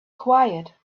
quiet